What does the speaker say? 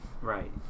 Right